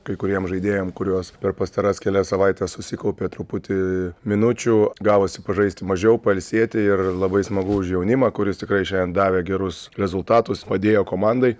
kai kuriem žaidėjam kuriuos per pastaras kelias savaites susikaupė truputį minučių gavosi pažaist mažiau pailsėti ir labai smagu už jaunimą kuris tikrai šiandien davė gerus rezultatus padėjo komandai